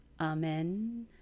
Amen